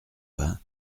vingt